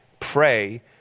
Pray